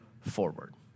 forward